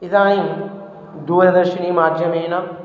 इदानीं दूरदर्शिनीमाध्यमेन